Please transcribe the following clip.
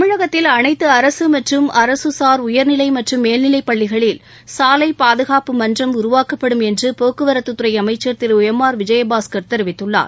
தமிழகத்தில் அனைத்து அரசு மற்றும் அரசுசார் உயர்நிலை மற்றும் மேல்நிலைப் பள்ளிகளில் சாலை பாதுகாப்பு மன்றம் உருவாக்கப்படும் என்று போக்குவரத்துத் துறை அமைச்ச் திரு எம் ஆர் விஜயபாஸ்கர் தெரிவித்துள்ளார்